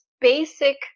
basic